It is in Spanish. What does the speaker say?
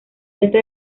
resto